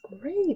great